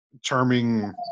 Charming